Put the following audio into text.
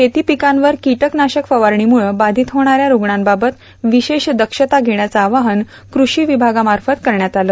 शेतीपिकांवर किटकनाशक फवारणीमुळं बाधित होणाऱ्या ठठणांबाबत विशेष दक्षता घेण्याचं आवाहन क्रषी विभागामार्फत करण्यात आलं